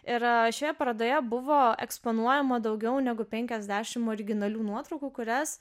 ir šioje parodoje buvo eksponuojama daugiau negu penkiasdešim originalių nuotraukų kurias